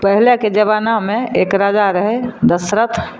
पहिलेके जबानामे एक राजा रहै दशरथ